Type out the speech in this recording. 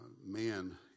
man